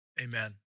amen